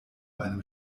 einem